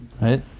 Right